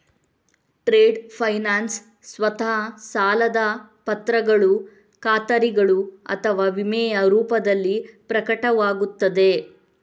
trade finance ಸ್ವತಃ ಸಾಲದ ಪತ್ರಗಳು ಖಾತರಿಗಳು ಅಥವಾ ವಿಮೆಯ ರೂಪದಲ್ಲಿ ಪ್ರಕಟವಾಗುತ್ತದೆ